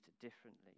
differently